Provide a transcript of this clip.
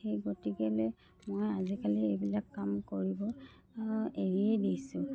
সেই গতিকেলৈ মই আজিকালি এইবিলাক কাম কৰিব এৰিয়েই দিছোঁ